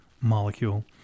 molecule